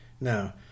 now